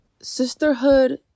sisterhood